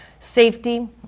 safety